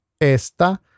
Esta